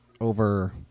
over